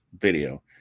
video